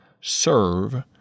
serve